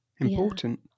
important